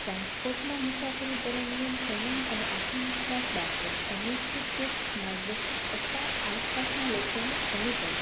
ટ્રાન્સપોર્ટમાં મુસાફરી દરમ્યાન સંયમ અને આત્મવિશ્વાસ દાખવો અનિશ્ચિત ટિપ્સ માર્ગદર્શન અથવા આસપાસના લોકોને અનુસરો